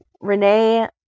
Renee